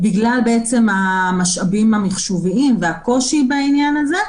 בגלל המשאבים המחשוביים והקושי בעניין הזה.